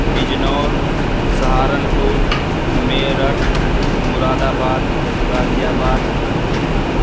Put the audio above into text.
Bijnor Saharanpur Meerut Moradabad غازی آباد